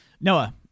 Noah